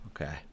okay